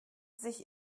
sich